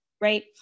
Right